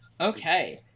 Okay